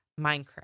Minecraft